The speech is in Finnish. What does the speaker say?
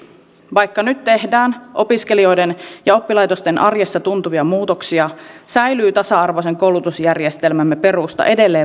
vaikka nyt tehdään opiskelijoiden ja oppilaitosten arjessa tuntuvia muutoksia säilyy tasa arvoisen koulutusjärjestelmämme perusta edelleen vahvana